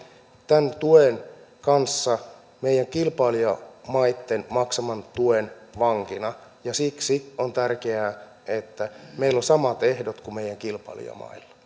tämän tuen kanssa meidän kilpailijamaitten maksaman tuen vankina ja siksi on tärkeää että meillä on samat ehdot kuin meidän kilpailijamailla